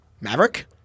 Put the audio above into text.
Maverick